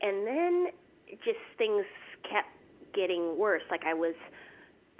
and then just things kept getting worse. like, i was